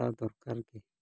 ᱦᱟᱛᱟᱣᱫᱚᱨᱠᱟᱨ ᱜᱮ